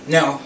Now